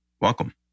Welcome